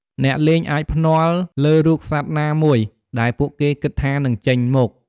អ្នកលេងអាចភ្នាល់លើរូបសត្វណាមួយដែលពួកគេគិតថានឹងចេញមក។